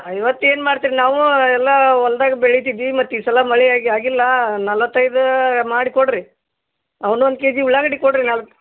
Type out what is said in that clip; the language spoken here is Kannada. ಐವತ್ತು ಏನು ಮಾಡ್ತೀರ ನಾವೂ ಎಲ್ಲ ಹೊಲ್ದಾಗ್ ಬೆಳಿತಿದ್ವಿ ಮತ್ತೆ ಈ ಸಲ ಮಳೆಯಾಗಿ ಆಗಿಲ್ಲ ನಲ್ವತ್ತೈದು ಮಾಡಿ ಕೊಡಿರಿ ಅವನ್ನು ಒಂದು ಕೆ ಜಿ ಉಳ್ಳಾಗಡ್ಡೆ ಕೊಡಿರಿ ನಾಲ್ಕು